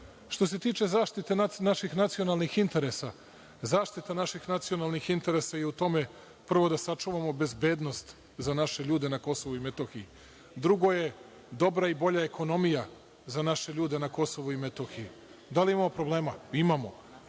se tiče zaštite naših nacionalnih interesa. Zaštita naših nacionalnih interesa je u tome, prvo, da sačuvamo bezbednost za naše ljude na Kosovu i Metohiji. Drugo je, dobra i bolja ekonomija za naše ljude na Kosovu i Metohiji. Da li imamo problema? Imamo.